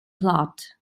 plot